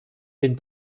den